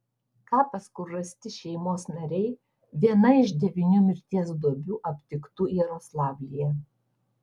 kapas kur rasti šeimos nariai viena iš devynių mirties duobių aptiktų jaroslavlyje